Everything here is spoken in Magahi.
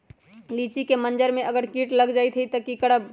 लिचि क मजर म अगर किट लग जाई त की करब?